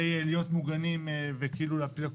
של סעיף על סעיף כדי להיות מוגנים וכאילו כדי להפיל את